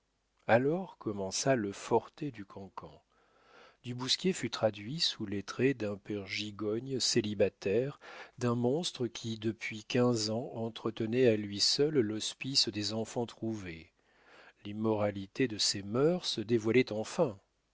alors commença le forte du cancan du bousquier fut traduit sous les traits d'un père gigogne célibataire d'un monstre qui depuis quinze ans entretenait à lui seul l'hospice des enfants-trouvés l'immoralité de ses mœurs se dévoilait enfin